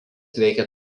veikia